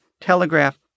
telegraph